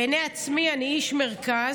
בעיני עצמי אני איש מרכז,